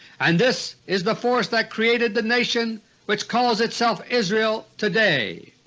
and this is the force that created the nation which calls itself israel today.